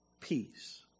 peace